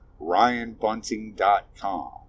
RyanBunting.com